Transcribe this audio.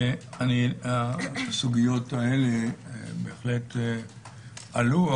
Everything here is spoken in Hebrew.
הסוגיות האלה בהחלט עלו.